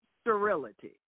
sterility